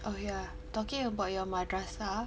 oh yeah talking about your madrasah